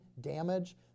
damage